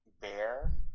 bear